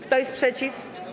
Kto jest przeciw?